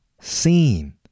seen